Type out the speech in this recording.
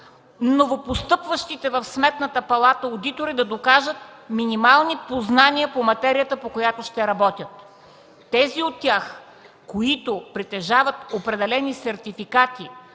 новопостъпващите в Сметната палата одитори да докажат минимални познания по материята, по която ще работят. Тези от тях, които притежават определени сертификати,